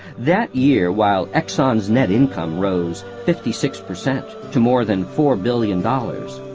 that year, while exxon's net income rose fifty six percent to more than four billion dollars,